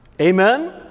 Amen